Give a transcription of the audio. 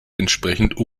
entsprechend